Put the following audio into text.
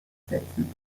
setzen